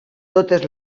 totes